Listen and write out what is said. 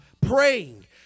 praying